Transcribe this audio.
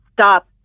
stop